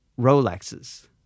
Rolexes